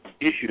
issue